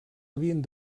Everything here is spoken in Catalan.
havien